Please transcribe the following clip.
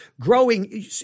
growing